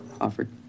offered